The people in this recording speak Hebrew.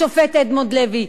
השופט אדמונד לוי.